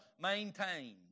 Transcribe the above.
maintained